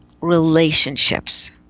relationships